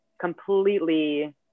completely